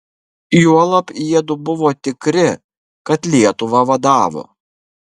juolab jiedu buvo tikri kad lietuvą vadavo